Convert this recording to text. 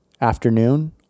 afternoon